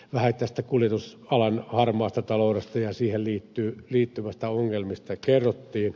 vähän tästä kuljetusalan harmaasta taloudesta ja siihen liittyvistä ongelmista kerrottiin